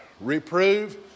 Reprove